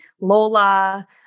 Lola